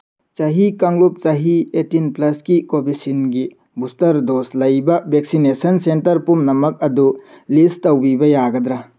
ꯆꯍꯤ ꯀꯥꯡꯂꯨꯞ ꯆꯍꯤ ꯑꯦꯠꯇꯤꯟ ꯄ꯭ꯂꯁꯀꯤ ꯀꯣꯕꯤꯁꯤꯟꯒꯤ ꯕꯨꯁꯇꯔ ꯗꯣꯁ ꯂꯩꯕ ꯚꯦꯛꯁꯤꯅꯦꯁꯟ ꯁꯦꯟꯇꯔ ꯄꯨꯝꯅꯃꯛ ꯑꯗꯨ ꯂꯤꯁ ꯇꯧꯕꯤꯕ ꯌꯥꯒꯗ꯭ꯔ